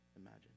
imagine